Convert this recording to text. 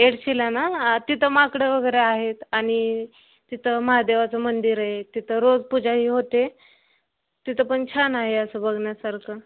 येडशीला ना तिथं माकडं वगैरे आहेत आणि तिथं महादेवाचं मंदिर आहे तिथं रोज पूजाही होते तिथं पण छान आहे असं बघण्यासारखं